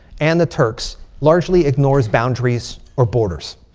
and the turks largely ignores boundaries or borders.